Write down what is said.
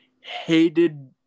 hated